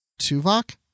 Tuvok